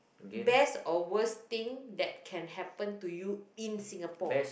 best or worst thing that can happen to you in Singapore